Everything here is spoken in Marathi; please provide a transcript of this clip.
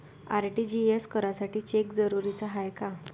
आर.टी.जी.एस करासाठी चेक जरुरीचा हाय काय?